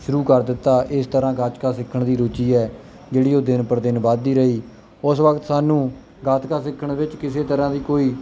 ਸ਼ੁਰੂ ਕਰ ਦਿੱਤਾ ਇਸ ਤਰ੍ਹਾਂ ਗਤਕਾ ਸਿੱਖਣ ਦੀ ਰੁਚੀ ਹੈ ਜਿਹੜੀ ਉਹ ਦਿਨ ਪਰ ਦਿਨ ਵੱਧਦੀ ਰਹੀ ਉਸ ਵਕਤ ਸਾਨੂੰ ਗਤਕਾ ਸਿੱਖਣ ਵਿੱਚ ਕਿਸੇ ਤਰ੍ਹਾਂ ਦੀ ਕੋਈ